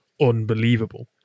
Unbelievable